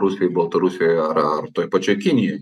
rusijoj baltarusijoj ar toj pačioj kinijoj